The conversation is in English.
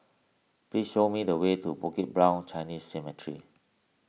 please show me the way to Bukit Brown Chinese Cemetery